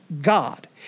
God